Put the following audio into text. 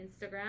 Instagram